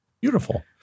Beautiful